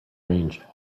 range